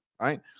Right